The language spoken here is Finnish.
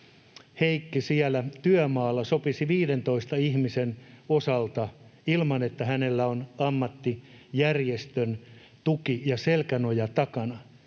"Heikki" siellä työmaalla sopisi 15 ihmisen osalta ilman, että hänellä on ammattijärjestön tuki ja selkänoja takana,